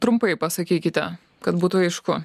trumpai pasakykite kad būtų aišku